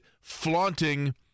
flaunting –